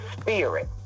spirit